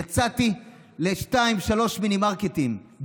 יצאתי לשניים-שלושה מינימרקטים,